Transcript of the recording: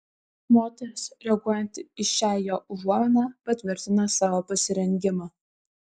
moteris reaguojanti į šią jo užuominą patvirtina savo pasirengimą